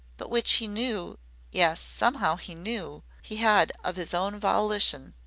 but which he knew yes, somehow he knew he had of his own volition